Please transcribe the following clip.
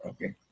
Okay